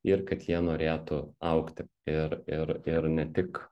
ir kad jie norėtų augti ir ir ir ne tik